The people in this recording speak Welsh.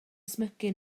ysmygu